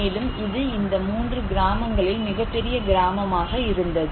மேலும் இது இந்த 3 கிராமங்களில் மிகப்பெரிய கிராமமாக இருந்தது